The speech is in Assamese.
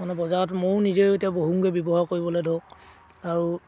মানে বজাৰত ময়ো নিজেও এতিয়া বহোগৈ ব্যৱহাৰ কৰিবলৈ ধৰক আৰু